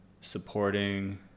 supporting